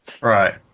Right